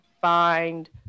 find